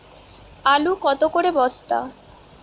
আলু কত করে বস্তা?